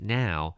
now